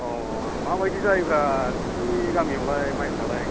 अ माबादि जायोब्रा नोंसिनि गामियावलाय माइफ्रालाय